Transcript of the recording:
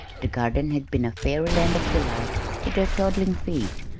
the garden had been a fairyland of delight to their toddling feet,